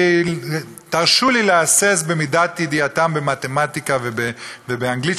תרשו לי להסס על מידת ידיעתם במתמטיקה ובאנגלית